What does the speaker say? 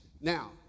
Now